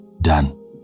done